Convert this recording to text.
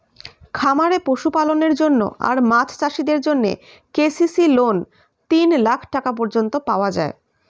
খামারে পশুপালনের জন্য আর মাছ চাষিদের জন্যে কে.সি.সি লোন তিন লাখ টাকা পর্যন্ত পাওয়া যায়